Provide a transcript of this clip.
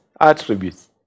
attributes